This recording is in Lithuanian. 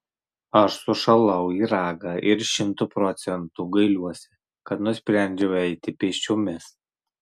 aš sušalau į ragą ir šimtu procentų gailiuosi kad nusprendžiau eiti pėsčiomis